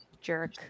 Jerk